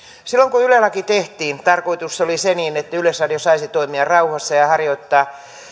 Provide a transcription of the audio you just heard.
silloin kun yle laki tehtiin tarkoitus oli se että yleisradio saisi toimia rauhassa ja harjoittaa